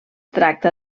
tracta